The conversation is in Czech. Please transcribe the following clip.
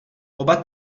oba